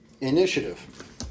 initiative